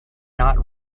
not